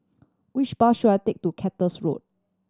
which bus should I take to Cactus Road